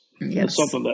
Yes